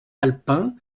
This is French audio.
alpins